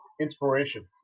inspiration